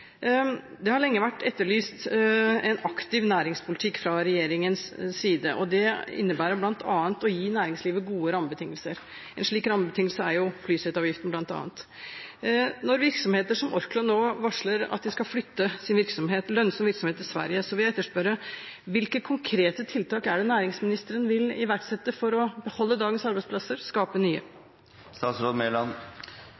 Det har lenge vært etterlyst en aktiv næringspolitikk fra regjeringens side, og det innebærer bl.a. å gi næringslivet gode rammebetingelser. En slik rammebetingelse er jo flyseteavgiften, bl.a. Når virksomheter som Orkla nå varsler at de skal flytte sin lønnsomme virksomhet til Sverige, vil jeg spørre: Hvilke konkrete tiltak er det næringsministeren vil iverksette for å beholde dagens arbeidsplasser og skape nye?